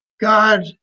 God